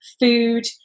food